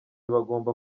bagomba